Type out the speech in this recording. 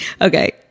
Okay